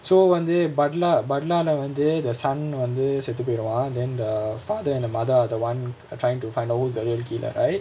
so வந்து:vanthu palla palla lah வந்து:vanthu the son வந்து செத்து போயிருவா:vanthu seththu poyiruvaa then the father and the mother are the one uh trying to find out who's the real killer right